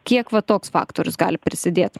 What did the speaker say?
kiek va toks faktorius gali prisidėt